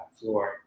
floor